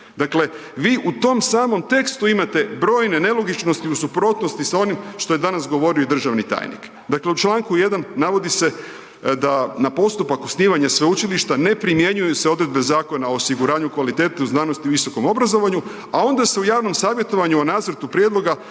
Dakle, vi u tom samom tekstu imate brojne nelogičnosti u suprotnosti s onim što je danas govorio državni tajnik. Dakle, u Članku 1. navodi se da na postupak osnivanja sveučilišta ne primjenjuju se odredbe Zakona o osiguranju kvalitete u znanosti i visokom obrazovanju, a onda se o javnom savjetovanju o nacrtu prijedloga